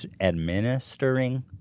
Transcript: administering